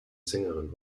sängerin